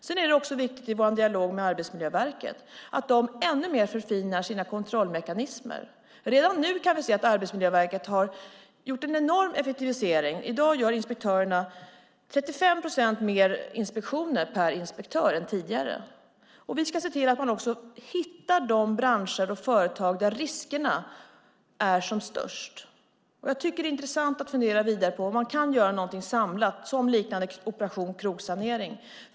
Det är också viktigt i vår dialog med Arbetsmiljöverket att de ännu mer förfinar sina kontrollmekanismer. Redan nu kan vi se att Arbetsmiljöverket har gjort en enorm effektivisering. I dag gör inspektörerna 35 procent mer inspektioner per inspektör än tidigare. Vi ska se till att man också hittar de branscher och företag där riskerna är som störst. Det är intressant att fundera vidare på om man kan göra någonting samlat, liknande Operation krogsanering.